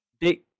Big